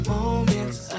Moments